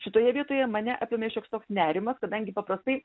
šitoje vietoje mane apėmė šioks toks nerimas kadangi paprastai